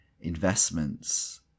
investments